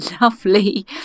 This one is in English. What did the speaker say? lovely